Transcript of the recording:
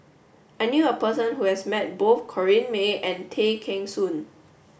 I knew a person who has met both Corrinne May and Tay Kheng Soon